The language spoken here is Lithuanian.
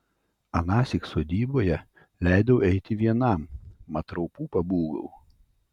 anąsyk sodyboje leidau eiti vienam mat raupų pabūgau